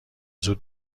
زود